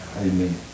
Amen